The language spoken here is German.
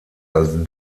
als